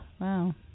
Wow